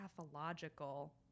pathological